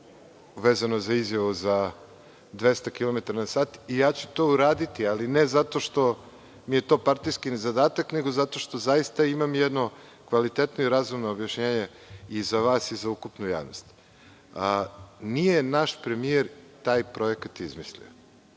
vezano za izjavu za 200 km na sat. Ja ću to i uraditi, ali ne zato što mi je to partijski zadatak, nego zato što zaista imam jedno kvalitetno i razumno objašnjenje za vas i za ukupnu javnost. Nije naš premijer taj projekat izmislio.